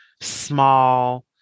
small